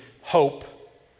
hope